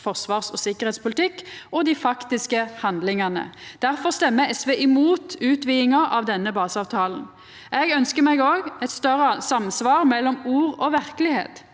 forsvars- og sikkerheitspolitikk og dei faktiske handlingane. Difor stemmer SV imot utvidinga av denne baseavtalen. Eg ønskjer meg òg eit større samsvar mellom ord og verkelegheit.